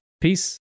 Peace